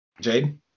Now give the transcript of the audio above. Jade